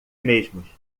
mesmos